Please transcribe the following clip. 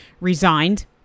resigned